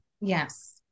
Yes